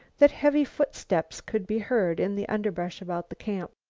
that heavy footsteps could be heard in the underbrush about the camp.